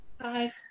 Hi